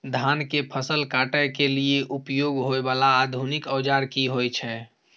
धान के फसल काटय के लिए उपयोग होय वाला आधुनिक औजार की होय छै?